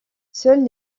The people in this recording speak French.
seuls